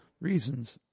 reasons